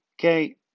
Okay